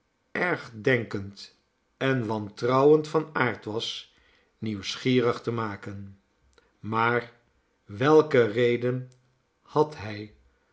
zoo ergdenkend en wantrouwend van aard was nieuwsgierig te maken maar welke reden had hij